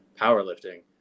powerlifting